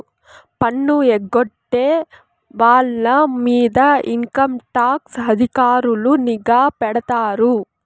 పన్ను ఎగ్గొట్టే వాళ్ళ మీద ఇన్కంటాక్స్ అధికారులు నిఘా పెడతారు